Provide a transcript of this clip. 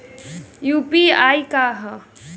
UPI का ह?